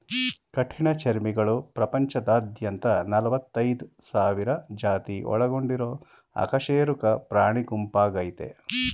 ಕಠಿಣಚರ್ಮಿಗಳು ಪ್ರಪಂಚದಾದ್ಯಂತ ನಲವತ್ತೈದ್ ಸಾವಿರ ಜಾತಿ ಒಳಗೊಂಡಿರೊ ಅಕಶೇರುಕ ಪ್ರಾಣಿಗುಂಪಾಗಯ್ತೆ